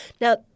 Now